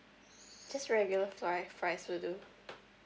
just regular fly fries will do